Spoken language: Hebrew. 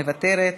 מוותרת,